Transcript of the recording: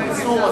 אסור.